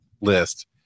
list